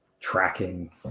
tracking